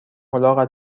الاغت